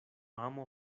amo